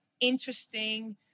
interesting